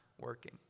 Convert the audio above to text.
working